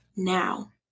now